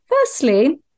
Firstly